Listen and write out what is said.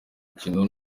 mukino